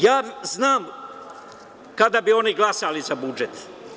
Ja znam kada bi oni glasali za budžet.